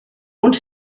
und